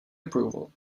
approval